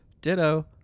ditto